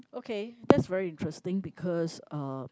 okay that's very interesting because uh